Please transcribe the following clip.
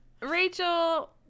Rachel